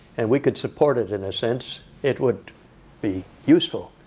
and we could support it, in a sense, it would be useful.